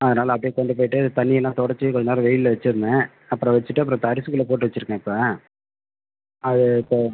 அதனால் அப்படியே கொண்டு போய்விட்டு தண்ணி எல்லாம் தொடைச்சி கொஞ்ச நேரம் வெயிலில் வெச்சுருந்தேன் அப்புறம் வெச்சுட்டு அப்புறம் இப்போ அரிசிக்குள்ளே போட்டு வெச்சுருக்கேன் இப்போ அது இப்போ